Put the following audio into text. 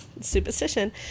superstition